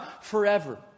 forever